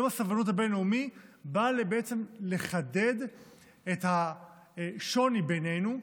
יום הסובלנות הבין-לאומי בא בעצם לחדד את השוני בינינו,